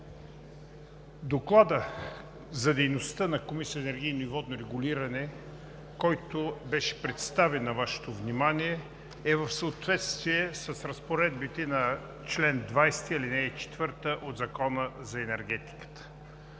Докладът за дейността на Комисията за енергийно и водно регулиране, който беше представен на Вашето внимание, е в съответствие с разпоредбите на чл. 20, ал. 4 от Закона за енергетиката.